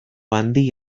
handi